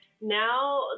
Now